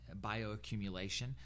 bioaccumulation